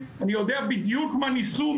אני יודע בדיוק מה ניסו,